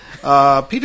Peter